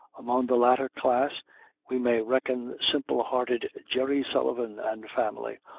among the latter class we may reckon simple-hearted jerry sullivan and family,